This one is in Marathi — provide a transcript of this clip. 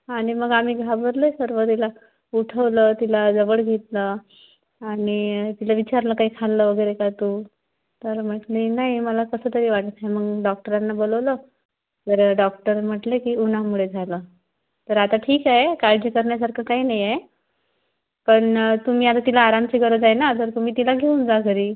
आणि मग आम्ही घाबरले सर्व तिला उठवलं तिला जवळ घेतलं आणि तिला विचारलं काही खाल्लं वगैरे का तू तर म्हटली नाही मला कसंतरी वाटतं आहे मग मी डॉक्टरांना बोलवलं तर डॉक्टर म्हटले की उन्हामुळे झालं तर आता ठीक आहे काळजी करण्यासारखं काही नाही आहे पण तुम्ही आता तिला आरामाची गरज आहे ना तर तुम्ही तिला घेऊन जा घरी